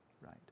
right